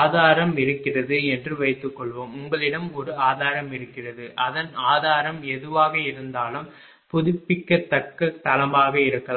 ஆதாரம் இருக்கிறது என்று வைத்துக்கொள்வோம் உங்களிடம் ஒரு ஆதாரம் இருக்கிறது அதன் ஆதாரம் எதுவாக இருந்தாலும் புதுப்பிக்கத்தக்க தளமாக இருக்கலாம்